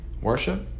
worship